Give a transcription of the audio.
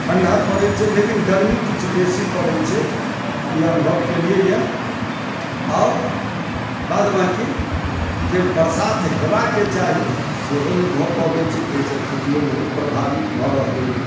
ठण्डा पड़ै छै लेकिन गरमी किछु बेसी पड़ै छै ई अनुभव कयलियै हँ आओर बाद बाकी जे बरसात हेबाके चाही सेहो नहि भऽ पबै छै जाहिसँ खेतियो बहुत प्रभावित भऽ रहलैए